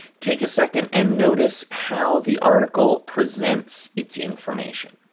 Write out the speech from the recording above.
take a second and notice how the article presents its information.